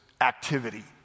activity